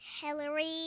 Hillary